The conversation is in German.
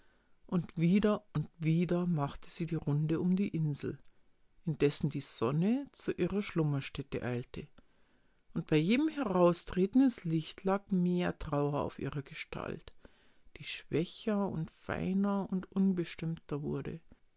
und wieder und wieder machte sie die runde um die insel indessen die sonne zu ihrer schlummerstätte eilte und bei jedem heraustreten ins licht lag mehr trauer auf ihrer gestalt die schwächer und feiner und unbestimmter wurde